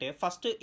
first